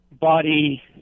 body